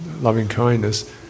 loving-kindness